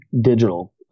digital